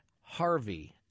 Harvey